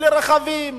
בלי רכבים,